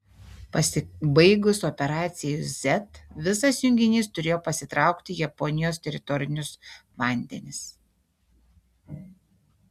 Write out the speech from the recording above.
pasibaigus operacijai z visas junginys turėjo pasitraukti į japonijos teritorinius vandenis